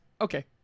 Okay